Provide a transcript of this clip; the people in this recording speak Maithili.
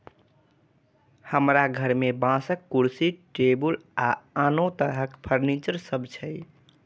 हमरा घर मे बांसक कुर्सी, टेबुल आ आनो तरह फर्नीचर सब छै